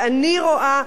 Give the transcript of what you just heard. שאני רואה,